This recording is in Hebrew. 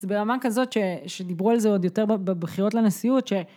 זה ברמה כזאת שדיברו על זה עוד יותר בבחירות לנשיאות.